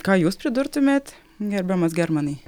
ką jūs pridurtumėt gerbiamas germanai